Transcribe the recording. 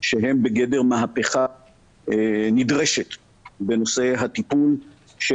שהן בגדר מהפכה נדרשת בנושא הטיפול של